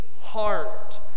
heart